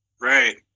right